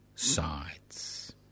sides